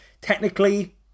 Technically